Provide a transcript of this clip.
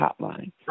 hotline